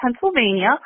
Pennsylvania